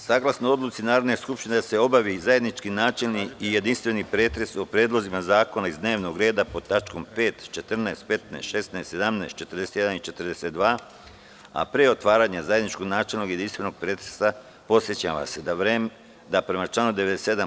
Saglasno odluci Narodne skupštine da se obavi zajednički načelni i jedinstveni pretres o predlozima zakona iz dnevnog reda pod tačkama 5, 14, 15, 16, 17, 41. i 42, a pre otvaranja zajedničkog načelnog i jedinstvenog pretresa, podsećam vas da, prema članu 97.